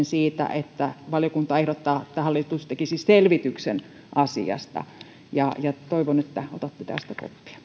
siitä että valiokunta mietinnössään ehdottaa että hallitus tekisi selvityksen asiasta toivon että otatte tästä